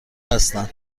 هستم